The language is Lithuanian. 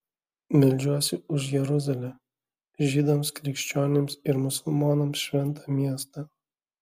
meldžiuosi už jeruzalę žydams krikščionims ir musulmonams šventą miestą